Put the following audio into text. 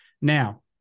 Now